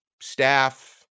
staff